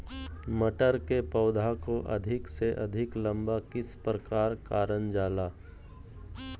मटर के पौधा को अधिक से अधिक लंबा किस प्रकार कारण जाला?